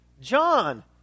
John